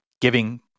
giving